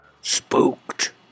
Spooked